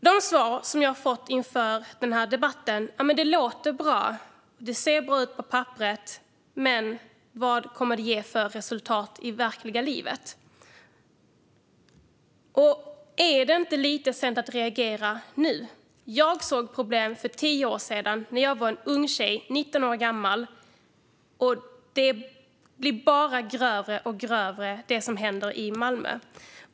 De svar som jag fått i denna debatt låter bra och ser bra ut på papperet, men vad kommer de att ge för resultat i verkliga livet? Är det inte lite sent att reagera nu? Jag såg problem för tio år sedan när jag var en ung tjej, 19 år gammal, och det som händer i Malmö blir bara grövre och grövre.